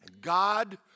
God